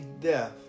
death